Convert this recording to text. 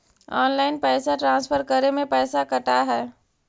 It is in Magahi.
ऑनलाइन पैसा ट्रांसफर करे में पैसा कटा है?